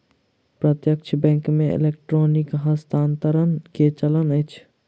प्रत्यक्ष बैंक मे इलेक्ट्रॉनिक हस्तांतरण के चलन अछि